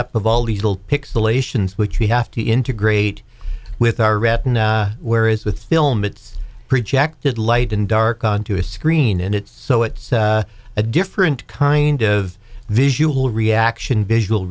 up of all these old pixelation which we have to integrate with our retina where is with film it's projected light and dark onto a screen and it's so it's a different kind of visual reaction visual